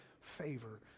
favor